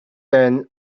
than